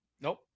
Nope